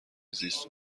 زیست